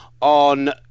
On